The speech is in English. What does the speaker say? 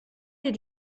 did